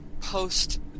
post